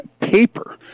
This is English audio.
paper